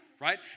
right